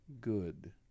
good